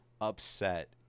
upset